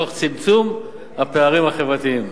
תוך צמצום הפערים החברתיים.